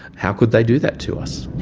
how could they do that to us?